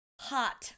hot